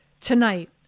tonight